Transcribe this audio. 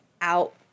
out